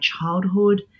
childhood